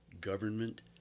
government